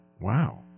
wow